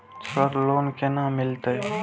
Sir loan केना मिलते?